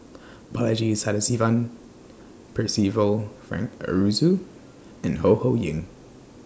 Balaji Sadasivan Percival Frank Aroozoo and Ho Ho Ying